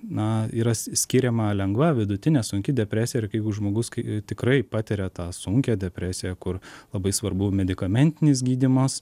na yra skiriama lengva vidutinė sunki depresija ir jeigu žmogus kai tikrai patiria tą sunkią depresiją kur labai svarbu medikamentinis gydymas